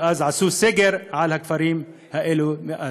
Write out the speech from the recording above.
שאז עשו סגר על הכפרים האלה מאז.